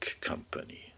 company